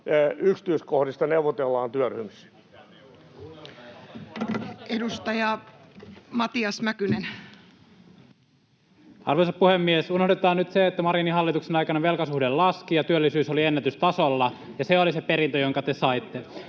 yksityiskohdista neuvotellaan työryhmissä. Edustaja Matias Mäkynen. Arvoisa puhemies! Unohdetaan nyt se, että Marinin hallituksen aikana velkasuhde laski ja työllisyys oli ennätystasolla. Se oli se perintö, jonka te saitte.